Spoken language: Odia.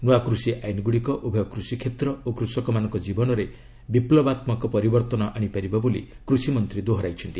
ନୂଆ କୃଷି ଆଇନଗୁଡ଼ିକ ଉଭୟ କୃଷିକ୍ଷେତ୍ର ଓ କୃଷକମାନଙ୍କ କୀବନରେ ବିପ୍ଲବାତ୍ମକ ପରିବର୍ତ୍ତନ ଆଣିପାରିବ ବୋଲି କୃଷିମନ୍ତ୍ରୀ ଦୋହରାଇଛନ୍ତି